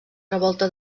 revolta